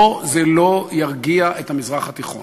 לא, זה לא ירגיע את המזרח התיכון.